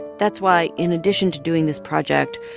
that's why in addition to doing this project,